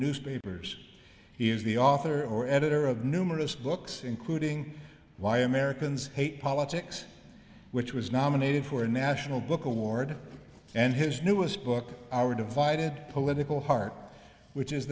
newspapers he is the author or editor of numerous books including why americans hate politics which was nominated for a national book award and his newest book our divided political heart which is